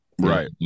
right